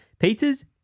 pizzas